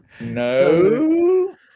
No